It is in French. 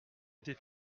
était